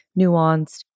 nuanced